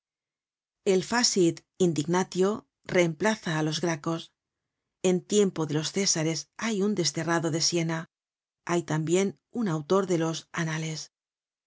el facit indignatio reemplaza á los gracos en tiempo de los césares hay un desterrado de siena hay tambien un autor de los anales